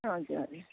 हजुर हजुर